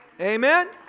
Amen